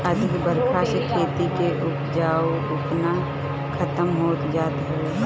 अधिका बरखा से खेती के उपजाऊपना खतम होत जात हवे